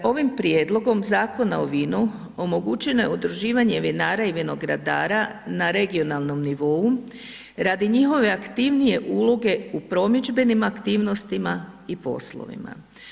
Ovim Prijedlogom zakona o vinu omogućeno je udruživanje vinara i vinogradara na regionalnom nivou radi njihove aktivnije uloge u promidžbenim aktivnostima i poslovima.